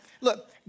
Look